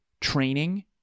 training